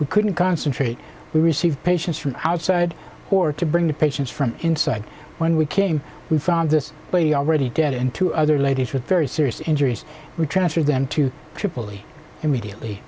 we couldn't concentrate we receive patients from outside who are to bring the patients from inside when we came we found this body already dead and two other ladies with very serious injuries were transferred them to tripoli immediately